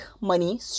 money